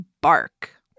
bark